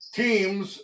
teams